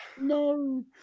No